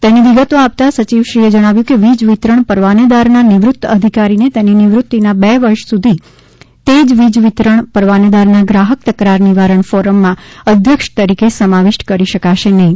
તેની વિગતો આપતા સચિવશ્રીએ જણાવ્યું કે વીજ વિતરણ પરવાનેદારના નિવૃત અધિકારીને તેની નિવૃતીના બે વર્ષ સુધી તે જ વીજ વિતરણ પરવાનેદારના ગ્રાહક તકરાર નિવારણ ફોરમમાં અધ્યક્ષ તરીકે સમાવિષ્ટ કરી શકાશે નહીં